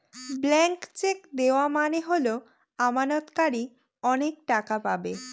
blank cheque দেওয়া মানে হল আমানতকারী অনেক টাকা পাবে